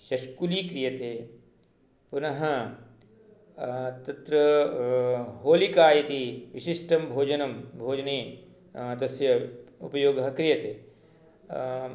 शष्कुली क्रियते पुनः तत्र होलिका इति विशिष्टं भोजनं भोजने तस्य उपयोगः क्रियते